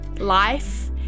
life